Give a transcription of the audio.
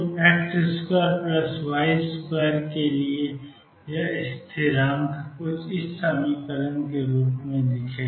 तो X2Y2 यह स्थिरांक 2mV02L22 है